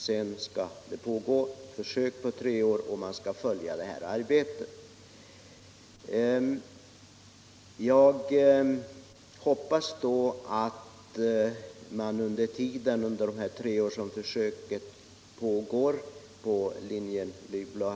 Sedan skall försök pågå i tre år, och under 69 Om prishöjningarna på inrikesflygets linjer till övre Norrland den tiden skall verksamheten följas.